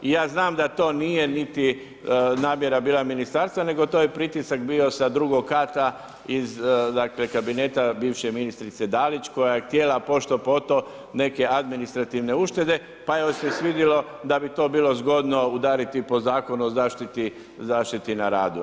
Ja znam da to nije niti namjera bila ministarstvo, nego to je pritisak bio sa drugog kata iz kabineta bivše ministrice Dalić koja je htjela pošto-poto neke administrativne uštede pa joj se svidjelo da bi to bilo zgodno udariti po Zakonu o zaštiti na radu.